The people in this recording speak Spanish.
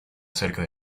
cerca